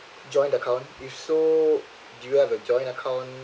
joint account if so do you have a joint account